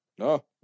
No